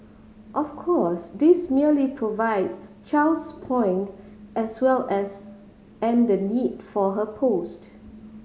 of course this merely Chow's point as well as and the need for her post